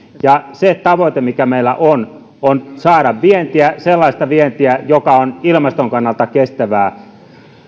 se tavoite mikä meillä on on saada vientiä sellaista vientiä joka on ilmaston kannalta kestävää